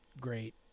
great